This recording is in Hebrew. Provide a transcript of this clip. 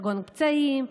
כגון פצעים,